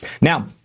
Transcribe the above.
Now